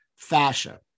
fascia